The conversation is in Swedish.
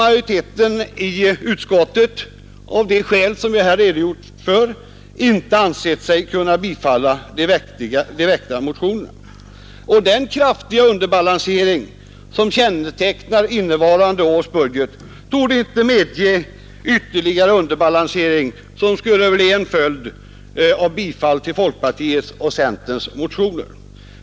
Majoriteten i utskottet har av de skäl som jag här redogjort för alltså inte ansett sig kunna tillstyrka de väckta motionerna. Den kraftiga underbalansering som kännetecknar innevarande års budget torde inte heller medge den ytterligare underbalansering som skulle bli en följd av bifall till folkpartiets och centerns motioner.